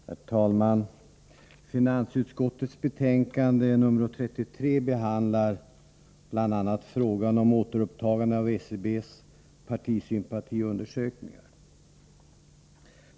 Herr talman! I finansutskottets betänkande 33 behandlas bl.a. frågan om återupptagande av SCB:s partisympatiundersökningar.